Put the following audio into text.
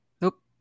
Nope